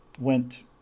went